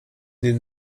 n’est